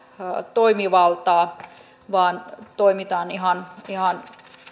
toimivaltaa vaan toimitaan ihan ihan